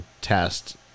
test